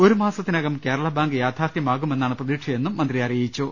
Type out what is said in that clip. ഒരു മാസത്തിനകം കേരള ബാങ്ക് യാഥാർത്ഥ്യമാകുമെന്നാണ് പ്രതീക്ഷയെന്നും മന്ത്രി പറഞ്ഞു